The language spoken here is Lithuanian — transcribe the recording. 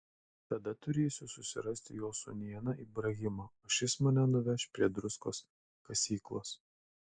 tada turėsiu susirasti jo sūnėną ibrahimą o šis mane nuveš prie druskos kasyklos